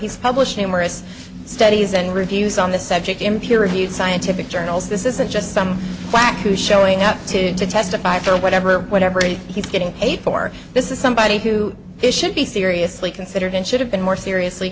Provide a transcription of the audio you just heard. he's published numerous studies and reviews on this subject in pure reviewed scientific journals this isn't just some quack you showing up to testify for whatever whatever he's getting paid for this is somebody who is should be seriously considered and should have been more seriously